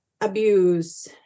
abuse